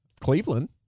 Cleveland